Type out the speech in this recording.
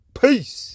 peace